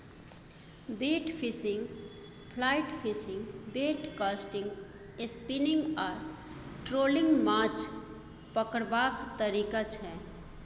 bait fishing, fly fishing, bait casting, spinning आ trolling माछ पकरबाक तरीका छै